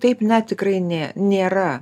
taip net tikrai nė nėra